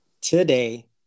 today